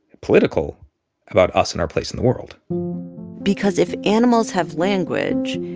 political about us and our place in the world because if animals have language,